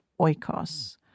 Oikos